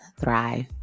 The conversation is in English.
thrive